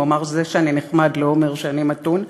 הוא אמר: זה שאני נחמד לא אומר שאני מתון.